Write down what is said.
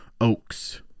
oaks